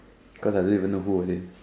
cause I don't even know who was it